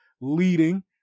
leading